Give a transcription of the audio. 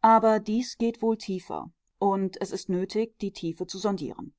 aber dies geht wohl tiefer und es ist nötig die tiefe zu sondieren